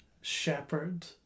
shepherd